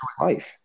life